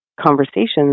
conversations